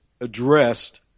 addressed